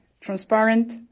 transparent